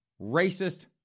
racist